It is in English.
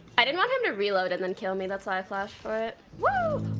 i didn't want him to reload and then kill me that's why i flashed for it wow!